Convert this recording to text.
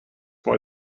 more